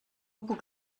puc